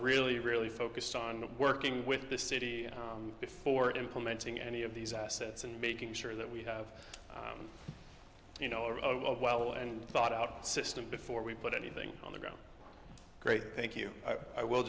really really focused on working with the city before implementing any of these assets and making sure that we have you know are of well and thought out system before we put anything on the ground great thank you i will